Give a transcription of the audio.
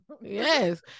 yes